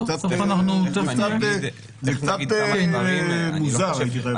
זה קצת מוזר, הייתי חייב לומר.